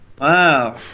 Wow